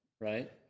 Right